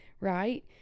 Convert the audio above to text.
right